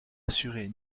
assurer